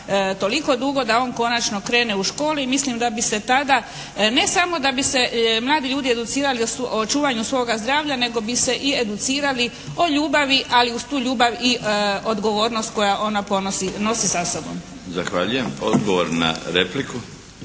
toliko dugo da on konačno krene u školu i mislim da bi se tada, ne samo da bi se mladi ljudi educirali o čuvanju svoga zdravlja, nego bi se i educirali o ljubavi, ali uz tu ljubav i odgovornost koju ona nosi sa sobom. **Milinović, Darko